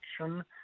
action